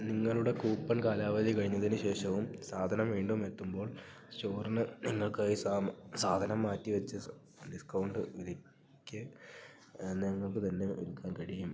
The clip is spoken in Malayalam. നിങ്ങളുടെ കൂപ്പൺ കാലാവധി കഴിഞ്ഞതിന് ശേഷവും സാധനം വീണ്ടുമെത്തുമ്പോൾ സ്റ്റോറിന് നിങ്ങൾക്കായി സാധനം മാറ്റി വെച്ച് ഡിസ്കൗണ്ട് വിലയ്ക്ക് നിങ്ങൾക്ക് തന്നെ വിൽക്കാൻ കഴിയും